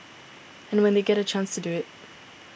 and when they get the chance to do it